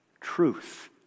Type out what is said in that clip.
truth